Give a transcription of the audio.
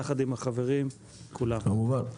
יחד החברים כולם.